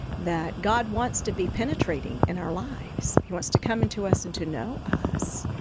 that god wants to be penetrating in our lives. he wants to come into us and to know us,